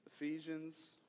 Ephesians